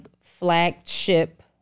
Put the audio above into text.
flagship